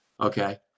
okay